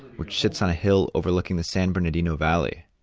which sits on a hill overlooking the san bernardino valley.